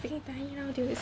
freaking tiny now dude